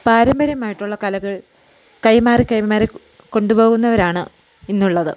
പാരമ്പര്യമായിട്ടുള്ള കലകൾ കൈമാറി കൈമാറി കൊണ്ടു പോകുന്നവരാണ് ഇന്നുള്ളത്